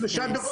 כן,